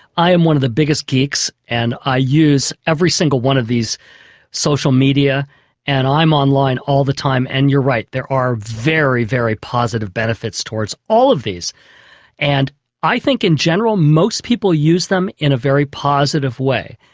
i am one of the biggest geeks and i use every single one of these social media and i'm online all the time and you're right, there are very, very positive benefits towards all of this and i think in general most people use them in a very positive way.